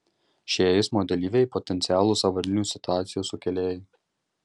šie eismo dalyviai potencialūs avarinių situacijų sukėlėjai